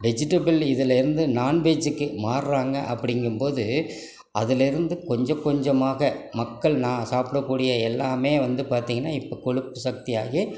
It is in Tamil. வெஜிடபுல் இதிலேருந்து நான்வெஜ்ஜுக்கு மாறுறாங்க அப்படிங்கும்போது அதிலேருந்து கொஞ்சம் கொஞ்சமாக மக்கள் நா சாப்பிடக்கூடிய எல்லாமே வந்து பார்த்திங்கன்னா இப்போ கொழுப்பு சக்தியாகி